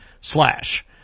slash